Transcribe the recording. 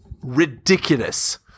Ridiculous